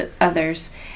others